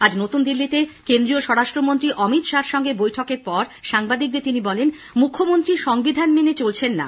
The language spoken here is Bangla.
আজ নতুন দিল্লিতে কেন্দ্রীয় স্বরাষ্ট্রমন্ত্রী অমিত শাহ র সঙ্গে বেঠকের পর সাংবাদিকদের তিনি বলেন মুখ্যমন্ত্রী সংবিধান মেনে চলছেন না